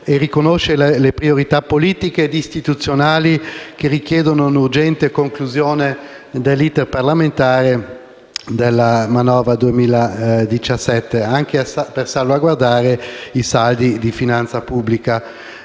e riconoscere le priorità politiche e istituzionali che richiedono un'urgente conclusione dell'*iter* parlamentare della manovra di bilancio per il 2017, anche per salvaguardare i saldi di finanza pubblica.